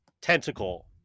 tentacle